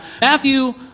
Matthew